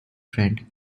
friend